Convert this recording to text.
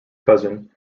cousin